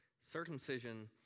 Circumcision